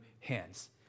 hands